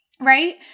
Right